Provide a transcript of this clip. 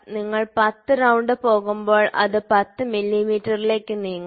നിങ്ങൾ 10 റൌണ്ട് പോകുമ്പോൾ അത് 10 മില്ലീമീറ്ററിലേക്ക് നീങ്ങാം